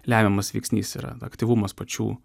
lemiamas veiksnys yra aktyvumas pačių